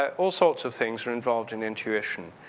all sort of things are involved in intuition.